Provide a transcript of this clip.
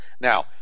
now